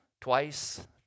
twice